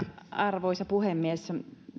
arvoisa puhemies